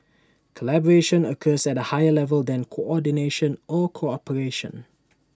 collaboration occurs at A higher level than coordination or cooperation